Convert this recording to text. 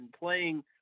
playing